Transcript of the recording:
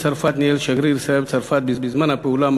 צרפת ניהל שגריר ישראל בצרפת בזמן הפעולה,